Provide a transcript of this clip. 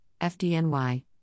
FDNY